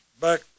back